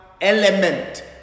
element